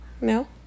No